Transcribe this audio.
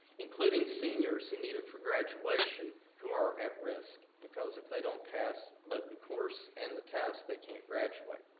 including seniors who need it for graduation who are at risk, because if they don't pass but the course and the test, they can't graduate.